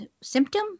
symptom